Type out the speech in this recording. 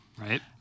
Right